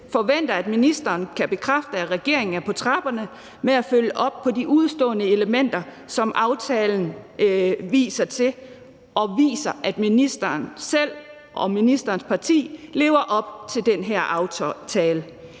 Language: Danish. forventer, at ministeren kan bekræfte, at regeringen er på trapperne med at følge op på de udestående elementer, som aftalen peger på, og viser, at ministeren selv og ministerens parti lever op til den her aftale.